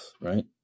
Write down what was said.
right